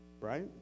Right